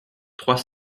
trois